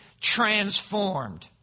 transformed